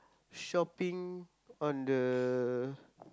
shopping on the